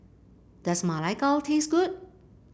does Ma Lai Gao taste good